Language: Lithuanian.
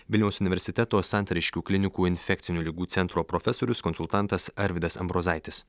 vilniaus universiteto santariškių klinikų infekcinių ligų centro profesorius konsultantas arvydas ambrozaitis